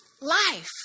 life